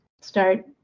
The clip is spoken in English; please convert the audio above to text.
start